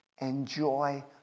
enjoy